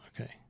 Okay